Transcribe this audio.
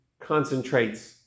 concentrates